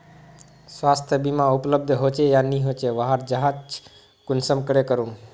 स्वास्थ्य बीमा उपलब्ध होचे या नी होचे वहार जाँच कुंसम करे करूम?